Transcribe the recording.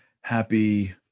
Happy